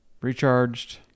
recharged